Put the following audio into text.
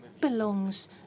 belongs